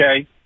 Okay